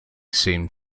seemed